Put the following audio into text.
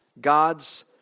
God's